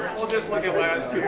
and we'll just look at last